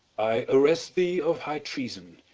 i arrest thee of high treason,